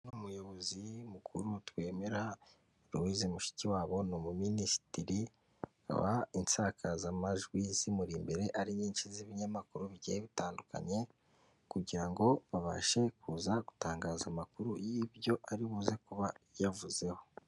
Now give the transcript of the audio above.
Umuyobozi mukuru twemera Louise MUSHIKIWABO, ni umuminisitiri aba insakazamajwi zimuri imbere ari nyinshi z'ibinyamakuru bigiye bitandukanye kugira ngo babashe kuza gutangaza amakuru y'ibyo aribuze kuba yavuzeho.